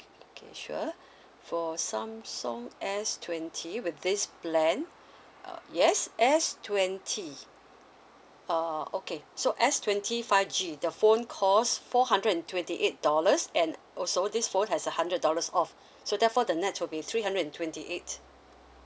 okay sure for samsung S twenty with this plan uh yes S twenty uh okay so S twenty five G the phone cost four hundred and twenty eight dollars and also this phone has a hundred dollars off so therefore the net will be three hundred and twenty eight